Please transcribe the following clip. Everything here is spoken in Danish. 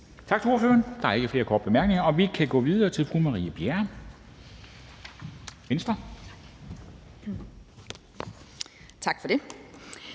Tak til ordføreren. Der er ikke flere korte bemærkninger, og vi kan gå videre til fru Marie Bjerre,